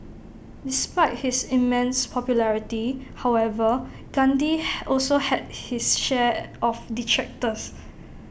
despite his immense popularity however Gandhi also had his share of detractors